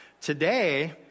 today